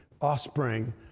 offspring